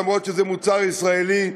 אף שזה מוצר ישראלי.